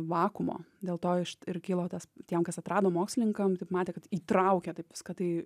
vakuumo dėl to ir kilo tas tiem kas atrado mokslininkam taip matė kad įtraukia taip viską tai